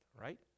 right